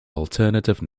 alternative